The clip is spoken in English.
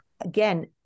again